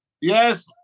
Yes